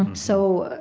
and so,